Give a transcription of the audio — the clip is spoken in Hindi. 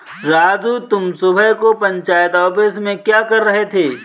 राजू तुम सुबह को पंचायत ऑफिस में क्या कर रहे थे?